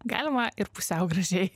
galima ir pusiau gražiai